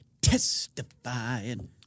testifying